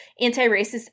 anti-racist